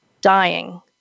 dying